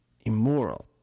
immoral